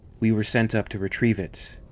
we were sent up to retrieve it.